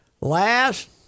Last